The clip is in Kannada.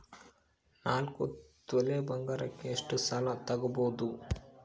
ನಾಲ್ಕು ತೊಲಿ ಬಂಗಾರಕ್ಕೆ ಎಷ್ಟು ಸಾಲ ತಗಬೋದು?